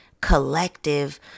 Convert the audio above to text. collective